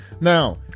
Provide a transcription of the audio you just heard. now